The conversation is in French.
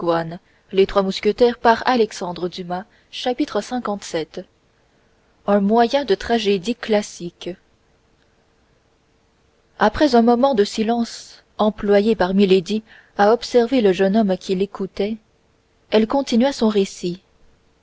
un moyen de tragédie classique après un moment de silence employé par milady à observer le jeune homme qui l'écoutait elle continua son récit